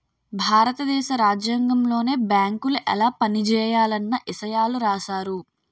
భారత దేశ రాజ్యాంగంలోనే బేంకులు ఎలా పనిజేయాలన్న ఇసయాలు రాశారు